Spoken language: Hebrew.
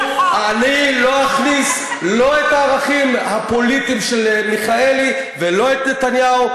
אני לא אכניס לא את הערכים הפוליטיים של מיכאלי ולא את של נתניהו.